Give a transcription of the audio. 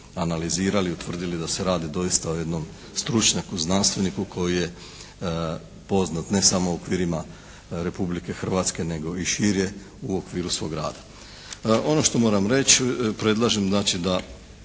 analizirali i utvrdili da se radi doista o jednom stručnjaku, znanstveniku koji je poznat ne samo u okvirima Republike Hrvatske nego i šire u okviru svog rada. Ono što moram reći, predlažem znači da